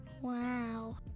Wow